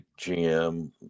GM